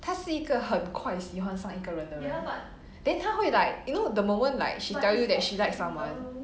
她是一个很快喜欢上一个人的 then 她会 like you know the moment like she tell you that she likes someone